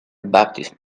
baptism